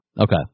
Okay